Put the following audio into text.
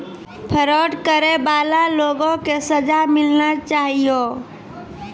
fraud करै बाला लोगो के सजा मिलना चाहियो